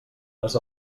les